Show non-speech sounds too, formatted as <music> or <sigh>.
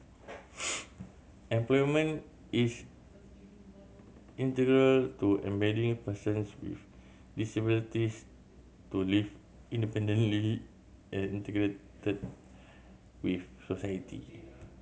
<noise> employment is integral to enabling persons with disabilities to live independently and integrate with society